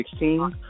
2016